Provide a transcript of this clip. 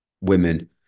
women